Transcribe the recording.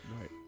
Right